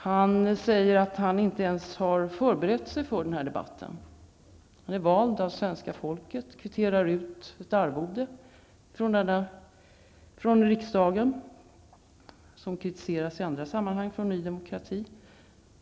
Han säger att han inte ens förberett sig för denna debatt. Han är vald av svenska folket och kvitterar ut ett arvode från riksdagen, något som i andra sammanhang kritiseras av Ny Demokrati.